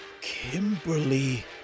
Kimberly